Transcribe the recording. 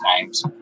times